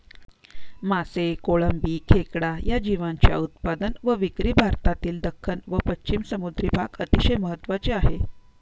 मासे, कोळंबी, खेकडा या जीवांच्या उत्पादन व विक्री भारतातील दख्खन व पश्चिम समुद्री भाग अतिशय महत्त्वाचे आहे